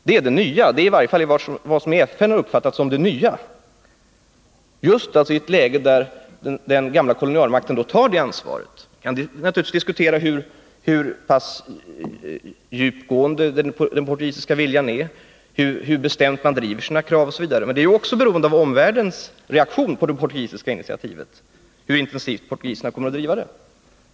Att den gamla kolonialmakten tar det ansvaret är vad som i varje fall i FN har uppfattats som det nya i situationen. Vi kan naturligtvis diskutera hur djupgående den portugisiska viljan är, hur bestämt man kommer att driva sina krav osv., men detta blir i sin tur beroende av omvärldens reaktion.